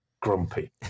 grumpy